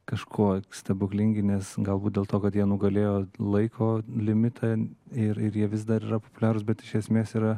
kažkuo stebuklingi nes galbūt dėl to kad jie nugalėjo laiko limitą ir jie vis dar yra populiarūs bet iš esmės yra